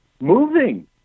moving